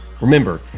Remember